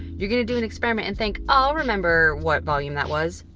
you're going to do an experiment and think, oh, i'll remember what volume that was.